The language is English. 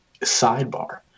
Sidebar